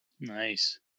nice